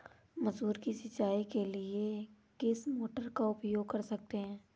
मसूर की सिंचाई के लिए किस मोटर का उपयोग कर सकते हैं?